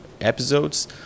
episodes